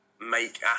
make